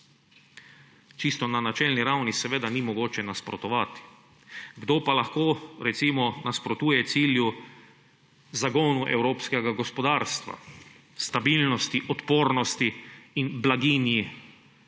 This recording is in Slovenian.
čisto na načelni ravni seveda ni mogoče nasprotovati. Kdo pa lahko recimo nasprotuje cilju zagon evropskega gospodarstva; stabilnosti, odpornosti in blaginji